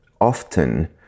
often